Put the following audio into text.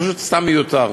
זה פשוט סתם מיותר.